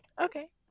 Okay